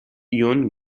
yun